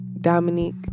Dominique